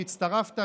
שהצטרפת,